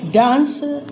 dance